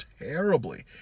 terribly